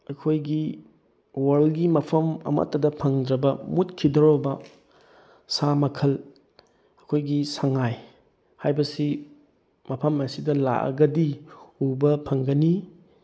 ꯑꯩꯈꯣꯏꯒꯤ ꯋꯥꯔꯜꯒꯤ ꯃꯐꯝ ꯑꯃꯠꯇꯗ ꯐꯪꯗ꯭ꯔꯕ ꯃꯨꯠꯈꯤꯗꯣꯔꯕ ꯁꯥ ꯃꯈꯜ ꯑꯩꯈꯣꯏꯒꯤ ꯁꯉꯥꯏ ꯍꯥꯏꯕꯁꯤ ꯃꯐꯝ ꯑꯁꯤꯗ ꯂꯥꯛꯑꯒꯗꯤ ꯎꯕ ꯐꯪꯒꯅꯤ